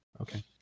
Okay